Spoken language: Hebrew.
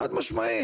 חד-משמעי.